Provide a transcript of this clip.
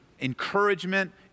encouragement